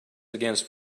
against